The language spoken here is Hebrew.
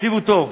התקציב הוא טוב.